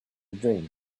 dream